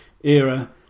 era